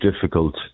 difficult